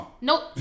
Nope